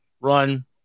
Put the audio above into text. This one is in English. run